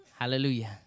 Hallelujah